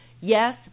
Yes